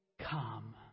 come